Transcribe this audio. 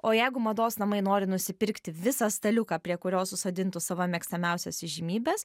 o jeigu mados namai nori nusipirkti visą staliuką prie kurio susodintų savo mėgstamiausias įžymybes